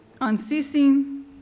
unceasing